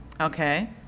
Okay